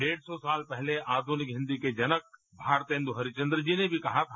डेढ़ सौ साल पहले आधुनिक हिंदी के जनक भारतेंदु हरीशचंद्र जी ने भी कहा था